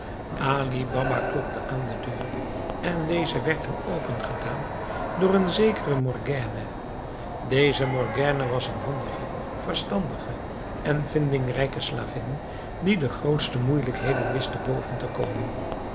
baba klopte aan de deur en deze werd hem open gedaan door een zekere morgiane deze morgiane was een handige verstandige en vindingrijke slavin die de grootste moeilijkheden wist te boven te komen